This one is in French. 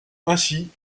ainsi